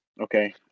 Okay